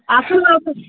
আসুন আসুন